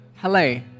Hello